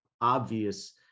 obvious